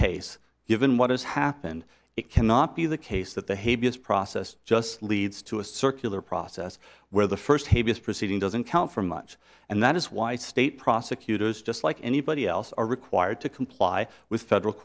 case given what has happened it cannot be the case that the hebrews process just leads to a circular process where the first habeas proceeding doesn't count for much and that is why state prosecutors just like anybody else are required to comply with federal